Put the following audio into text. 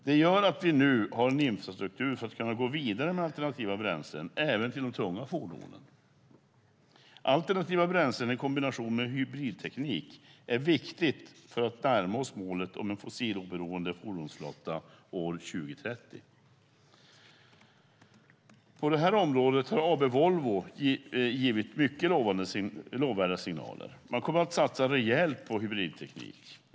Det gör att vi nu har en infrastruktur för att kunna gå vidare med alternativa bränslen även till de tunga fordonen. Alternativa bränslen i kombination med hybridteknik är viktiga för att vi ska närma oss målet om en fossiloberoende fordonsflotta år 2030. På det här området har AB Volvo givit mycket lovvärda signaler. Man kommer att satsa rejält på hybridteknik.